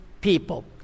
people